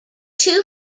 two